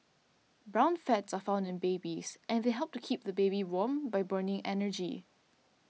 brown fats are found in babies and they help to keep the baby warm by burning energy